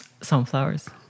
Sunflowers